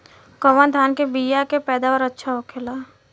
कवन धान के बीया के पैदावार अच्छा होखेला?